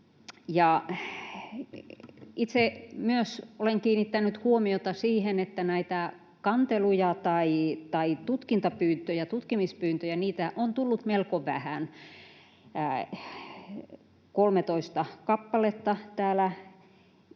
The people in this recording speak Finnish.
Itse olen kiinnittänyt huomiota myös siihen, että näitä tutkimispyyntöjä on tullut melko vähän, 13 kappaletta, täällä